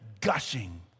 gushing